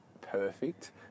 perfect